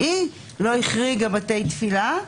לא החריגה בתי תפילה.